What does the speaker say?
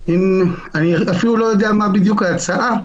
אני אפילו לא יודע מה בדיוק ההצעה,